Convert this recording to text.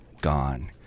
gone